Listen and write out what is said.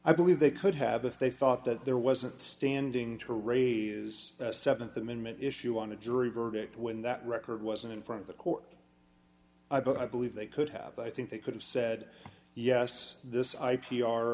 i believe they could have if they thought that there wasn't standing to raise is the th amendment issue on a jury verdict when that record was in front of the court i but i believe they could have i think they could have said yes this i